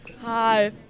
Hi